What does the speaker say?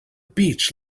beach